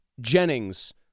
Jennings